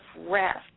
rest